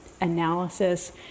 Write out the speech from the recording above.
analysis